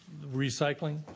recycling